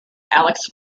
alex